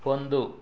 ಒಂದು